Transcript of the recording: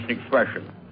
expression